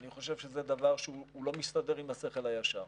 אני חושב שזה דבר שהוא לא מסתדר עם השכל הישר.